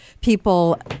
people